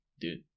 dude